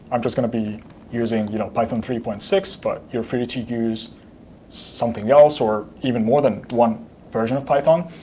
i'm just going to be using you know python three point six, but you're free to use something else or even more than one version of python.